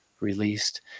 released